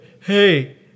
hey